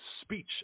speech